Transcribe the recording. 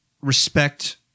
respect